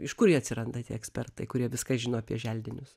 iš kur jie atsiranda tie ekspertai kurie viską žino apie želdinius